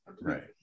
right